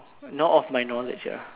not of my knowledge ah